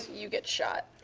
you get shot,